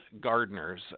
gardeners